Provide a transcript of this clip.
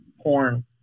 porn